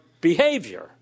behavior